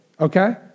Okay